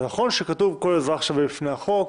נכון שכתוב "כל אזרח שווה בפני החוק,"